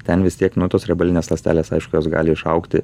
ten vis tiek nu tos riebalinės ląstelės aišku jos gali išaugti